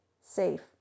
safe